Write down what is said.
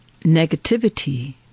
negativity